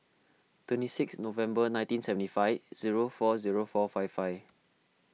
twenty six November nineteen seventy five zero four zero four five five